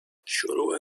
شروع